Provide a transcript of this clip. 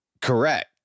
Correct